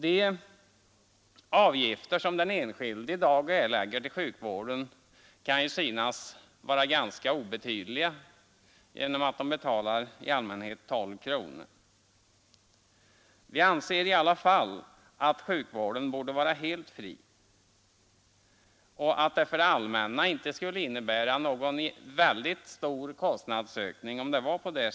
De avgifter som den enskilde i dag erlägger till sjukvården kan synas vara ganska obetydliga genom 12-kronorsreformen. Vi anser i alla fall att sjukvården borde vara helt fri och att det inte skulle medföra någon stor kostnadsökning för det allmänna.